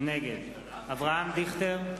נגד אברהם דיכטר,